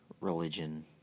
religion